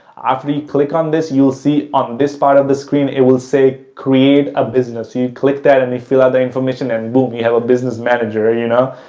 after the click on this, you'll see on this part of the screen, it will say create a business. you click that and they fill out the information, and boom, you have a business manager, you know?